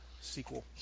sequel